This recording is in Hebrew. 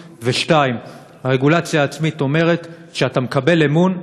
2. הרגולציה העצמית אומרת שאתה מקבל אמון,